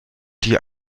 die